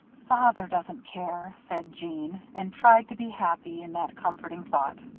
father doesn't care, said jeanne, and tried to be happy in that comforting thought.